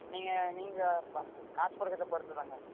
நீங்கள் நீங்கள் காசு காசு கொடுக்குறத பொறுத்து தான்ங்க